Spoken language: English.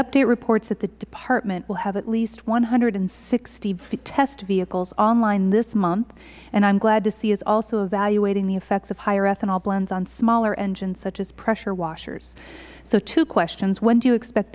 update reports of the department will have at least one hundred and sixty test vehicles on line this month and i am glad to see it is also evaluating the effects of higher ethanol blends on smaller engines such as pressure washers so two questions when do you expect